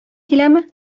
киләме